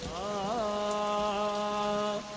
o'